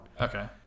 Okay